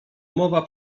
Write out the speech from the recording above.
mowa